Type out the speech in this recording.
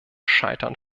scheitern